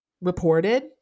reported